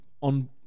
on